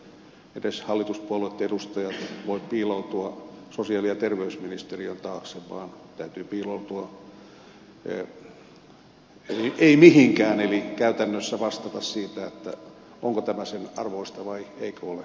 eivät edes hallituspuolueitten edustajat voi piiloutua sosiaali ja terveysministeriön taakse vaan täytyy piiloutua ei mihinkään eli käytännössä vastata siitä onko tämä sen arvoista vai eikö ole